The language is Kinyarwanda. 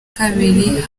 kabiri